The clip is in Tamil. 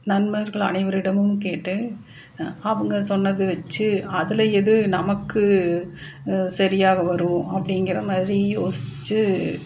நண்பர்கள் அனைவரிடமும் கேட்டு அவங்க சொன்னது வச்சு அதில் எது நமக்கு சரியாக வரும் அப்படிங்கிற மாதிரி யோசிச்சு